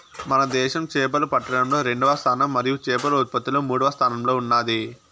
మన దేశం చేపలు పట్టడంలో రెండవ స్థానం మరియు చేపల ఉత్పత్తిలో మూడవ స్థానంలో ఉన్నాది